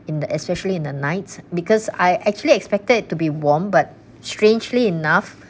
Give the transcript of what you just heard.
in the especially in the night because I actually expected to be warm but strangely enough